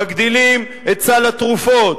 מגדילים את סל התרופות,